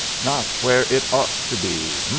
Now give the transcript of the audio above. not where it ought to be!